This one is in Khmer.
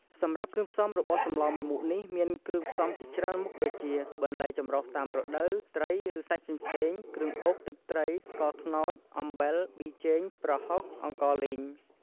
សម្រាប់គ្រឿងផ្សំរបស់សម្លរមួយមុខនេះមានគ្រឿងផ្សំជាច្រើនមុខ ដូចជា បន្លែចម្រុះតាមរដូវ ត្រី ឬ សាច់ផ្សេងៗ គ្រឿងបុក ទឹកត្រី ស្ករត្នោត អំបិល ប៊ីចេង ប្រហុក អង្ករលីង។